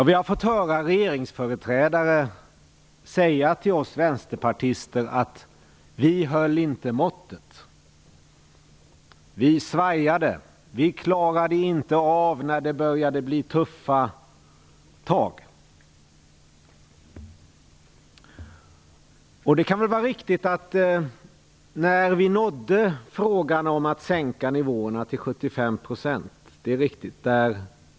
Vi har fått höra regeringsföreträdare säga till oss vänsterpartister att vi inte höll måttet. Vi svajade, vi klarade inte av när det började bli tuffa tag. Det kan vara riktigt att gränsen gick där vi kom till frågan om att sänka ersättningsnivåerna till 75 %.